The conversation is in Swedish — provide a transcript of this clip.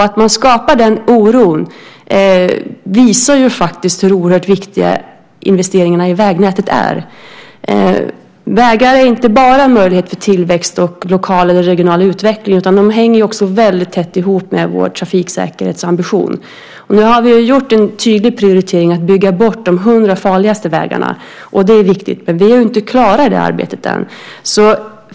Att man skapar den oron visar hur oerhört viktiga investeringarna i vägnätet är. Vägar är inte bara möjligheter för tillväxt och lokal eller regional utveckling, utan de hänger också väldigt tätt ihop med vår trafiksäkerhetsambition. Nu har vi gjort en tydlig prioritering att bygga bort de hundra farligaste vägarna, och det är viktigt. Vi är dock inte klara med det arbetet än.